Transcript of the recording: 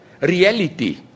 reality